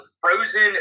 frozen